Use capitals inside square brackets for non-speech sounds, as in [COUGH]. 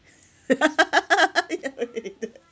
[LAUGHS]